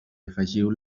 afegiu